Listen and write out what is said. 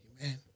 Amen